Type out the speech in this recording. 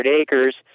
acres